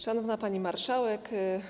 Szanowna Pani Marszałek!